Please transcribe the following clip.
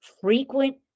frequent